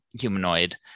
humanoid